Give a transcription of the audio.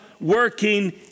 working